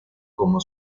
como